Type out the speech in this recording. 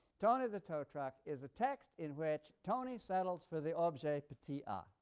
tony the tow truck is a text in which tony settles for the objet petit ah